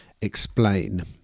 explain